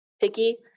picky